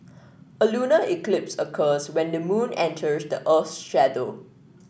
a lunar eclipse occurs when the moon enters the earth's shadow